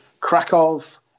Krakow